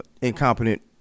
incompetent